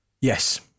Yes